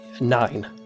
nine